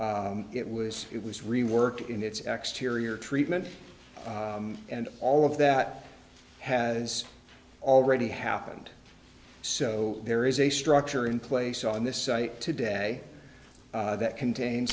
it was it was reworked in its exteriors treatment and all of that has already happened so there is a structure in place on this site today that contain